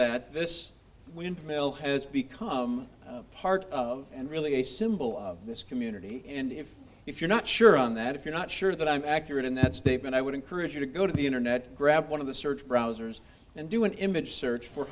that this mill has become part of and really a symbol of this community and if if you're not sure on that if you're not sure that i'm accurate in that statement i would encourage you to go to the internet grab one of the search browsers and do an image search for